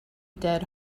dead